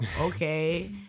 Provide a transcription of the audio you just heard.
okay